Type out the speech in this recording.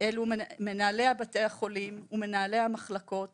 אלו מנהלי בתי החולים ומנהלי המחלקות